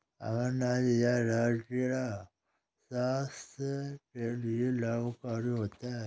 अमरनाथ या राजगिरा स्वास्थ्य के लिए लाभकारी होता है